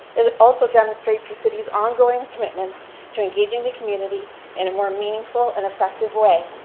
it also demonstrates the city's ongoing commitment to engaging the community in a more meaningful and effective way.